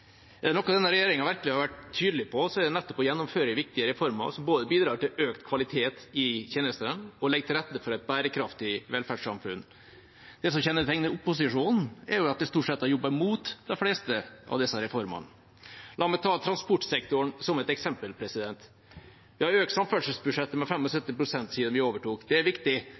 noe denne regjeringa virkelig har vært tydelig på, er det nettopp å gjennomføre viktige reformer som både bidrar til økt kvalitet i tjenestene og legger til rette for et bærekraftig velferdssamfunn. Det som kjennetegner opposisjonen, er at de stort sett har jobbet mot de fleste av disse reformene. La meg ta transportsektoren som et eksempel. Vi har økt samferdselsbudsjettet med 75 pst. siden vi overtok. Det er viktig.